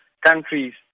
countries